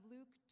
Luke